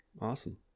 awesome